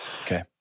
Okay